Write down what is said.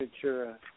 sure